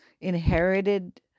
inherited